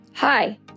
Hi